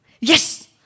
Yes